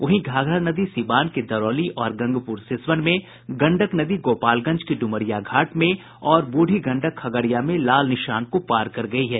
वहीं घाघरा नदी सिवान के दरौली और गंगपुर सिसवन में गंडक नदी गोपालगंज के ड्रमरिया घाट में और बूढ़ी गंडक खगड़िया में लाल निशान को पार कर गयी है